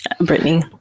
Brittany